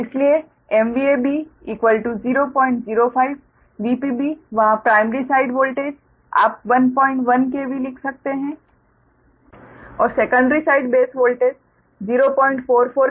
इसलिए B 005 VpB वहाँ primary side base voltage आप 11 KV लिख सकते हैं और secondary side base voltage 044 KV है